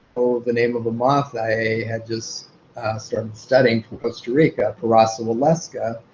the name of a moth i had just started studying from costa rica, parasa wellesca,